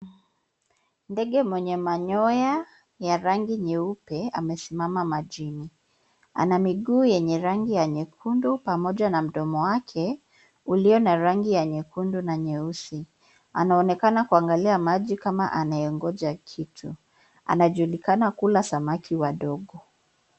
Ndege mwenye manyoya, ya rangi nyeupe amesimama majini, ana miguu yenye rangi ya nyekundu pamoja na mdomo wake, ulio na rangi ya nyekundu na nyeusi, anaonekana kuangalia maji kama amengoja kitu, anajulikana kula samaki wadogo.